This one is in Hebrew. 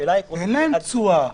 אין להם תשואה,